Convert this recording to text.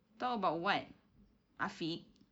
talk about what afiq